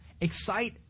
Excite